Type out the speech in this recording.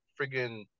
friggin